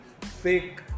fake